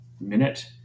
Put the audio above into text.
minute